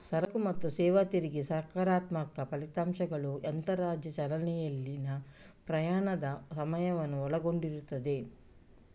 ಸರಕು ಮತ್ತು ಸೇವಾ ತೆರಿಗೆ ಸಕಾರಾತ್ಮಕ ಫಲಿತಾಂಶಗಳು ಅಂತರರಾಜ್ಯ ಚಲನೆಯಲ್ಲಿನ ಪ್ರಯಾಣದ ಸಮಯವನ್ನು ಒಳಗೊಂಡಿರುತ್ತದೆ